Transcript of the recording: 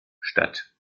statt